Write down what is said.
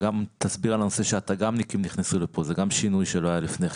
גם הת"גמניקים נכנסו לכאן וגם זה שינוי שלא היה קודם.